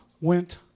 went